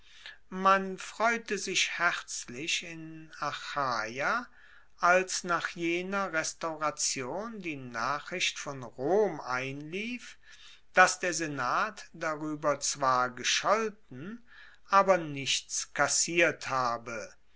man freute sich herzlich in achaia als nach jener restauration die nachricht von rom einlief dass der senat darueber zwar gescholten aber nichts kassiert habe